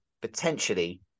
potentially